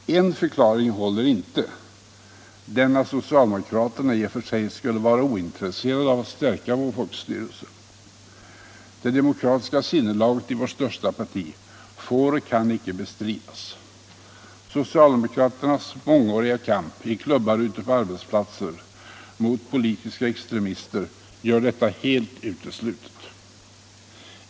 En förklaring håller inte: den att socialdemokraterna i och för sig skulle vara ointresserade av att stärka vår folkstyrelse. Det demokratiska sinnelaget i vårt största parti får och kan icke bestridas. Socialdemokraternas mångåriga kamp i klubbar ute på arbetsplatser mot politiska extremister gör detta helt uteslutet.